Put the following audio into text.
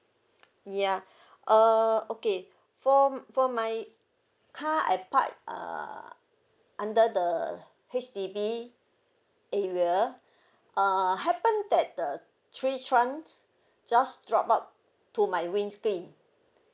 ya uh okay for for my car I park uh under the H_D_B area uh happened that the three trunks just dropped out to my windscreen